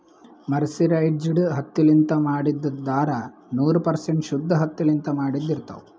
mercerized ಹತ್ತಿಲಿಂತ್ ಮಾಡಿದ್ದ್ ಧಾರಾ ನೂರ್ ಪರ್ಸೆಂಟ್ ಶುದ್ದ್ ಹತ್ತಿಲಿಂತ್ ಮಾಡಿದ್ದ್ ಇರ್ತಾವ್